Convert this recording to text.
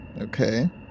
Okay